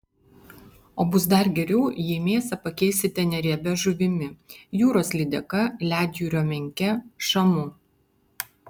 o bus dar geriau jei mėsą pakeisite neriebia žuvimi jūros lydeka ledjūrio menke šamu